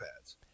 pads